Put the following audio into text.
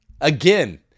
Again